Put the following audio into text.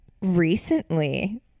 recently